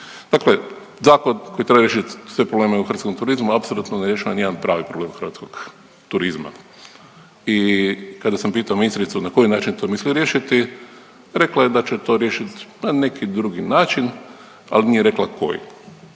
Dakle, Zapad koji treba riješit sve probleme u hrvatskom turizmu apsolutno ne rješava nijedan pravi problem hrvatskog turizma. I kada sam pitao ministricu na koji način to misli riješiti rekla je da će to riješit na neki drugi način, al nije rekla koji.